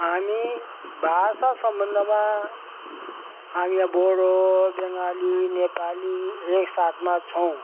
हामी भाषा सम्बन्धमा हामी यहाँ बोडो बेङ्गाली नेपाली एकसाथमा छौँ